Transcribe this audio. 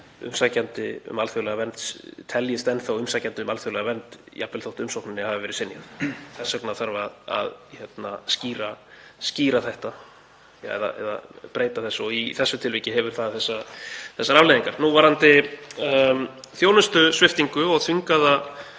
umsækjandi um alþjóðlega vernd teljist enn þá umsækjandi um alþjóðlega vernd jafnvel þótt umsókninni hafi verið synjað. Þess vegna þarf að skýra þetta eða breyta þessu og í þessu tilviki hefur það þessar afleiðingar. Varðandi þjónustusviptingu og þvingaða